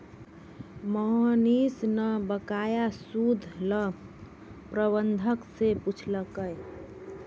मोहनीश न बकाया सूद ल प्रबंधक स पूछलकै